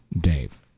Dave